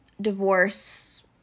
divorce